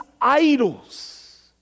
idols